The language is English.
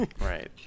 Right